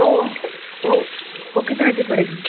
वह वह वह कितने की पड़ेगी